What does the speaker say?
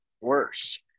worse